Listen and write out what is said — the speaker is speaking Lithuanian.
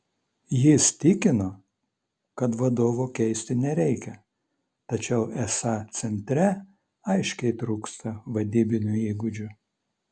jis tikino kad vadovo keisti nereikia tačiau esą centre aiškiai trūksta vadybinių įgūdžių